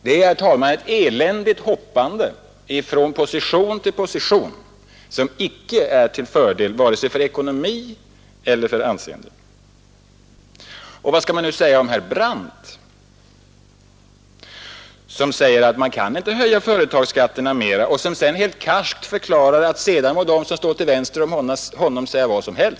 Det är, herr talman, ett eländigt hoppande från position till position, som icke är till fördel vare sig för ekonomi eller anseende. Och vad skall man säga om herr Brandt, som säger att man inte kan höja företagsskatterna mera och som helt karskt förklarar att sedan får de som står till vänster om honom säga vad de vill?